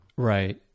Right